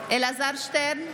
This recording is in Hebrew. אלעזר שטרן,